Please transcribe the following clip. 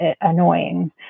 annoying